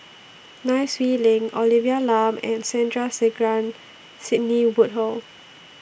Nai Swee Leng Olivia Lum and Sandrasegaran Sidney Woodhull